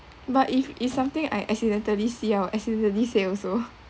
but if it's something I accidentally see I will accidentally say also